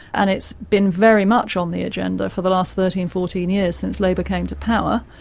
and it's been very much on the agenda for the last thirteen, fourteen, years since labour came to power.